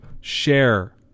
share